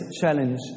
challenge